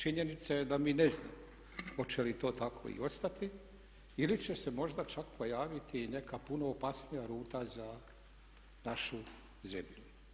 Činjenica je da mi ne znamo hoće li to tako i ostati ili će se možda čak pojaviti i neka puno opasnija ruta za našu zemlju.